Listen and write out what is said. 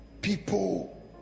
people